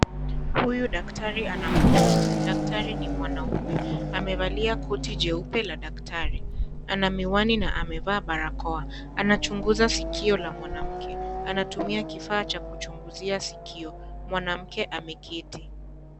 Huyu daktari ana mgonjwa. Daktari ni mwanaume, amevalia koti jeupe la daktari, ana miwani, na amevaa barakoa. Anachunguza sikio la mwanamke, anatumia kifaa cha kuchunguzia sikio, mwanamke ameketi.